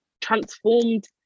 transformed